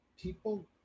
people